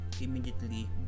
immediately